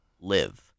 Live